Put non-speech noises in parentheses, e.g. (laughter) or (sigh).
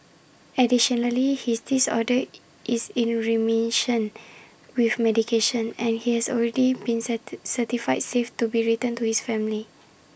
additionally his disorder (hesitation) is in remission with medication and he has already been (unintelligible) certified safe to be returned to his family